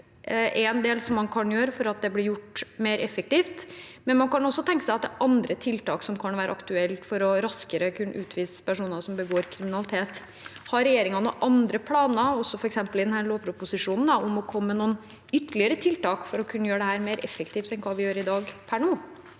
er jo én del man kan gjøre for at det blir gjort mer effektivt, men man kan også tenke seg at andre tiltak kan være aktuelle for raskere å kunne utvise personer som begår kriminalitet. Har regjeringen per nå noen andre planer, f.eks. i denne lovproposisjonen, om å komme med noen ytterligere tiltak for å kunne gjøre dette mer effektivt enn i dag?